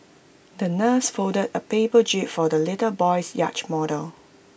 the nurse folded A paper jib for the little boy's yacht model